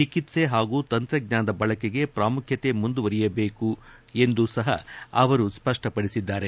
ಚಿಕಿತ್ಸೆ ಹಾಗೂ ತಂತ್ರಜ್ಞಾನದ ಬಳಕೆಗೆ ಪ್ರಾಮುಖ್ಯತೆ ಮುಂದುವರೆಯಬೇಕು ಎಂದೂ ಸಹ ಅವರು ಸ್ಪಷ್ಟಪಡಿಸಿದ್ದಾರೆ